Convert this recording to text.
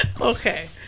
Okay